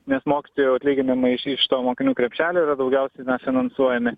nes mokytojų atlyginimai iš iš to mokinių krepšelio yra daugiausiai finansuojami